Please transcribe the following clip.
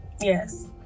Yes